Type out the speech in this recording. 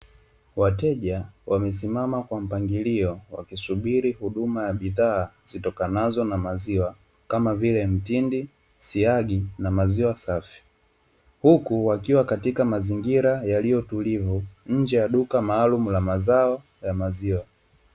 Wateja wamesimama kwa mpangilio wakisubiri huduma ya bidhaa zitokanazo na maziwa kama vile mtindi, siagi na maziwa safi huku wakiwa katika mazingira yaliyotulivu, nje ya duka la mazao ya maziwa.